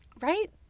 Right